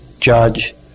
judge